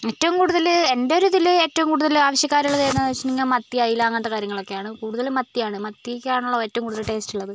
ഏറ്റവും കൂടുതൽ എൻ്റെ ഒരിതിൽ ഏറ്റവും കൂടുതൽ ആവശ്യക്കാരുള്ളത് ഏതാന്ന് വെച്ചിട്ടുണ്ടെങ്കിൽ മത്തി ഐല അങ്ങനത്തെ കാര്യങ്ങളൊക്കെയാണ് കൂടുതലും മത്തിയാണ് മത്തിക്കാണല്ലോ ഏറ്റവും കൂടുതൽ ടേസ്റ്റ് ഉള്ളത്